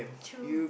true